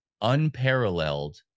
unparalleled